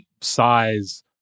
size